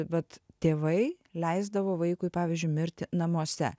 vat tėvai leisdavo vaikui pavyzdžiui mirti namuose